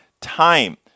time